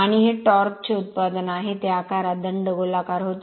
आणि हे टॉर्क चे उत्पादन आहे ते आकारात दंडगोलाकार होते